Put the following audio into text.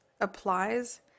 applies